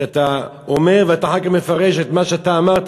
שאתה אומר ואתה אחר כך מפרש את מה שאתה אמרת.